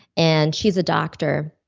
and she's a doctor,